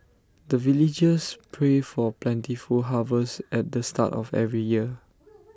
the villagers pray for plentiful harvest at the start of every year